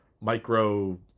micro